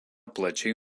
plačiai